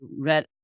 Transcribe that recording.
read